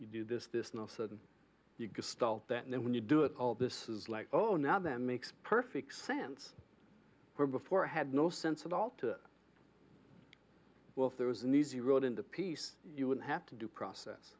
you do this this no sudden you can stop that and then when you do it all this is like oh oh now that makes perfect sense where before i had no sense at all to well if there was an easy road in the piece you would have to do process